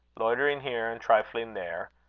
loitering here, and trifling there,